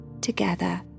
together